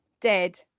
dead